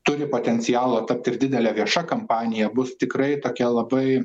turi potencialo tapti ir didele vieša kampanija bus tikrai tokia labai